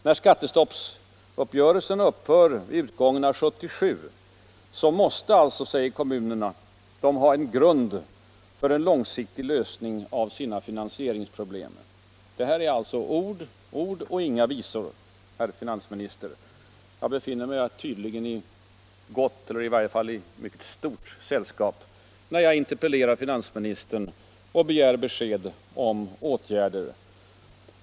När skattestoppsuppgörelsen upphör vid utgången av 1977 måste kommunerna, säger de, ha en grund för en långsiktig lösning av sina finansieringsproblem. — Det här är alltså ord och inga visor, herr finansminister! Jag befinner mig tydligen i gott — eller i varje fall i mycket stort — sällskap när jag interpellerar och begär besked av finansministern om åtgärder.